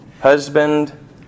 husband